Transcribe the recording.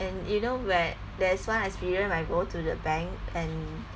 and you know where there's one experience when I go to the bank and